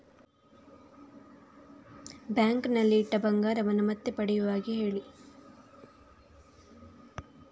bank ನಲ್ಲಿ ಇಟ್ಟ ಬಂಗಾರವನ್ನು ಮತ್ತೆ ಪಡೆಯುವ ಬಗ್ಗೆ ಹೇಳಿ